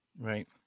Right